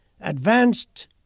Advanced